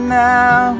now